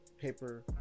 paper